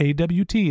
AWT